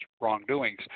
wrongdoings